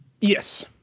Yes